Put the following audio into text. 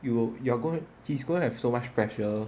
you you're going he's going to have so much pressure